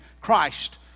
Christ